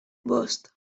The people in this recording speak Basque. bost